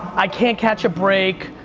i can't catch a break,